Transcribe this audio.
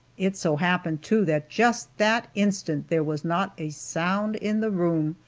it so happened, too, that just that instant there was not a sound in the room,